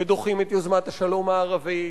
ודוחים את יוזמת השלום הערבית,